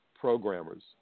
programmers